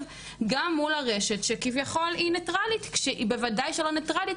גם מול הרשת שכביכול היא ניטרלית כשהיא בוודאי לא ניטרלית